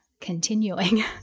continuing